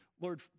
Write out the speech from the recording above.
Lord